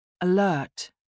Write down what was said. Alert